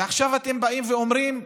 ועכשיו אתם באים ואומרים: